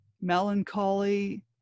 melancholy